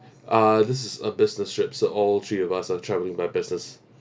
uh this is a business trip so all three of us are travelling by business